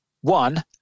one